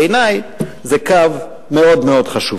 בעיני, זה קו מאוד מאוד חשוב.